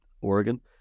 Oregon